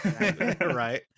right